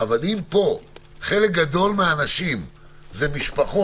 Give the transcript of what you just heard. רק אם 25,000 יחלו, את מכניסה אותם לקטגוריה?